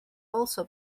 also